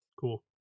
Cool